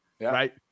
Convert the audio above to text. right